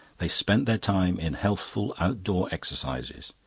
they spent their time in healthful outdoor exercises,